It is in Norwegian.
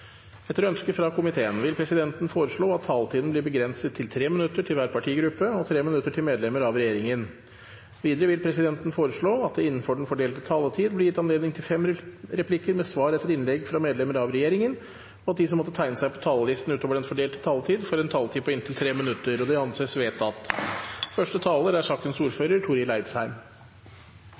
Etter ønske fra helse- og omsorgskomiteen vil presidenten foreslå at taletiden blir begrenset til 3 minutter til hver partigruppe og 3 minutter til medlemmer av regjeringen. Videre vil presidenten foreslå at det – innenfor den fordelte taletid – blir gitt anledning til fem replikker med svar etter innlegg fra medlemmer av regjeringen, og at de som måtte tegne seg på talerlisten utover den fordelte taletid, får en taletid på inntil 3 minutter. – Det anses vedtatt.